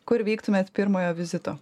kur vyktumėt pirmojo vizito